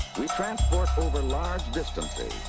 we transport over large distances.